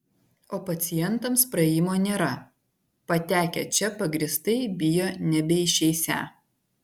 o pacientams praėjimo nėra patekę čia pagrįstai bijo nebeišeisią